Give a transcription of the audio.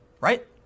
right